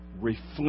reflect